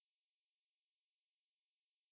you try my father's cooking